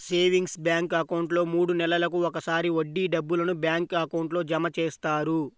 savings bank అకౌంట్లో మూడు నెలలకు ఒకసారి వడ్డీ డబ్బులను బ్యాంక్ అకౌంట్లో జమ చేస్తారు